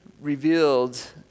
revealed